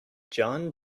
jon